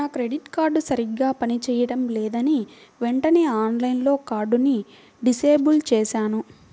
నా credit card సరిగ్గా పని చేయడం లేదని వెంటనే ఆన్లైన్లో కార్డుని డిజేబుల్ చేశాను